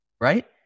right